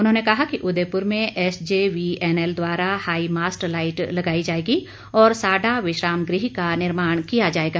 उन्होंने कहा कि उदयपुर में एसजेवीएनएल द्वारा हाई मास्ट लाईट लगाई जाएगी और साडा विश्राम गृह का निर्माण किया जाएगा